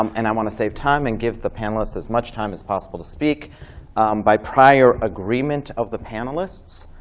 um and i want to save time and give the panelists as much time as possible to speak by prior agreement of the panelists.